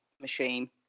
machine